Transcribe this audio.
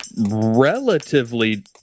relatively